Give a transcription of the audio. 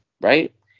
right